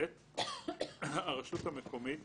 הרשות המקומית